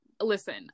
listen